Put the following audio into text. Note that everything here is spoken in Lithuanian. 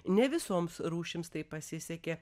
ne visoms rūšims taip pasisekė